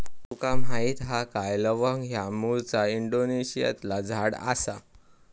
तुका माहीत हा काय लवंग ह्या मूळचा इंडोनेशियातला झाड आसा